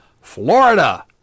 Florida